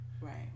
Right